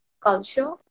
culture